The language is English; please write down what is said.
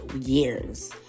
years